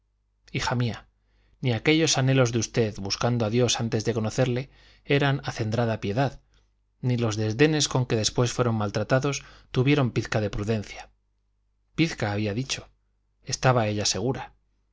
hija mía ni aquellos anhelos de usted buscando a dios antes de conocerle eran acendrada piedad ni los desdenes con que después fueron maltratados tuvieron pizca de prudencia pizca había dicho estaba ella segura